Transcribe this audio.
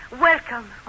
Welcome